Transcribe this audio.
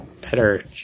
better